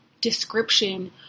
description